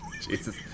Jesus